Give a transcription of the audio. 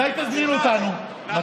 אתה בעד החלפת שטחים, מתי תזמין אותנו?